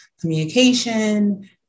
communication